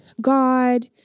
God